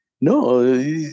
No